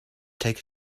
take